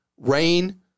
rain